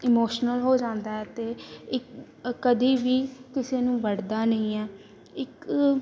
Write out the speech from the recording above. emotional ਹੋ ਜਾਂਦਾ ਹੈ ਅਤੇ ਇਕ ਕਦੇ ਵੀ ਕਿਸੇ ਨੂੰ ਵੱਢਦਾ ਨਹੀਂ ਹੈ ਇੱਕ